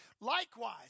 Likewise